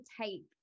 take